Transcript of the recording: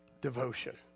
Devotion